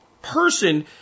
Person